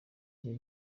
gihe